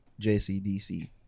jcdc